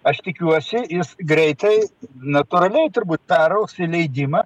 aš tikiuosi jis greitai natūraliai turbūt peraugs į leidimą